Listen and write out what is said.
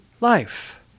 life